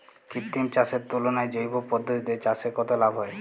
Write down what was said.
কৃত্রিম চাষের তুলনায় জৈব পদ্ধতিতে চাষে কত লাভ হয়?